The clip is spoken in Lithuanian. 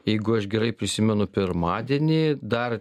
jeigu aš gerai prisimenu pirmadienį dar